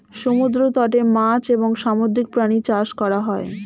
সমুদ্র তটে মাছ এবং সামুদ্রিক প্রাণী চাষ করা হয়